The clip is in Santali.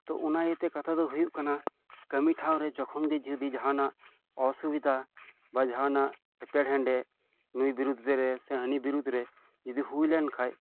ᱛᱚ ᱚᱱᱟ ᱤᱭᱟᱹᱛᱮ ᱠᱟᱛᱷᱟ ᱫᱚ ᱦᱳᱭᱳᱜ ᱠᱟᱱᱟ ᱠᱟᱢᱤ ᱴᱷᱟᱶ ᱨᱮ ᱡᱮᱠᱷᱚᱱ ᱜᱮ ᱡᱩᱫᱤ ᱡᱟᱦᱟᱱᱟᱜ ᱚᱥᱵᱤᱫᱷᱟ ᱵᱟ ᱡᱟᱦᱟᱱᱟᱜ ᱮᱯᱮᱨ ᱦᱮᱰᱮᱡ ᱱᱩᱭ ᱵᱤᱨᱩᱫᱽ ᱨᱮ ᱥᱮ ᱦᱟᱱᱤ ᱵᱤᱨᱩᱫᱽ ᱨᱮ ᱡᱩᱫᱤ ᱦᱳᱭ ᱞᱮᱱ ᱠᱷᱟᱱ